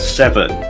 seven